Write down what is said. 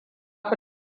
ku